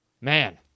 Man